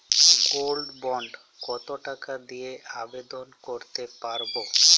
Gold bond কত টাকা দিয়ে আবেদন করতে পারবো?